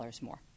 more